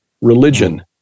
religion